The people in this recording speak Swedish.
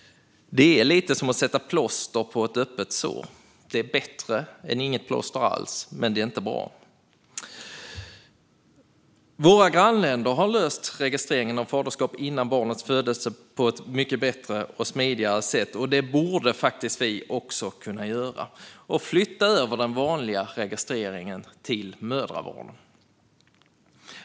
Det är lite som att sätta plåster på ett öppet sår. Det är bättre än inget plåster alls, men det är inte bra. Våra grannländer har löst registreringen av faderskap före barnets födelse på ett mycket bättre och smidigare sätt, och det borde faktiskt vi också kunna göra och flytta över den vanliga registreringen till mödravården.